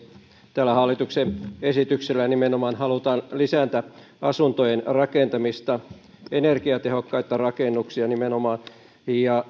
tällä hallituksen esityksellä nimenomaan halutaan lisätä asuntojen rakentamista energiatehokkaita rakennuksia nimenomaan ja